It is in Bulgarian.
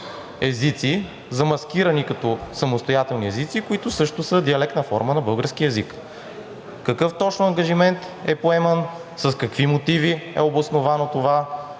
езици, замаскирани като самостоятелни езици, които също са диалектна форма на българския език. Какъв точно ангажимент е поеман, с какви мотиви е обосновано това,